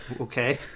Okay